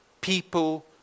people